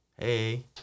Hey